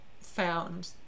found